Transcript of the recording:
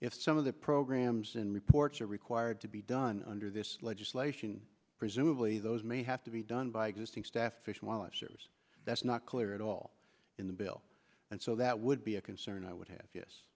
if some of the programs and reports are required to be done under this legislation presumably those may have to be done by existing staff fishwife shares that's not clear at all in the bill and so that would be a concern i would have yes